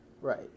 Right